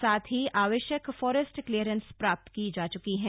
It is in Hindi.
साथ ही आवश्यक फोरेस्ट क्लीयरेंस प्राप्त की जा चुकी हैं